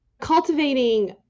cultivating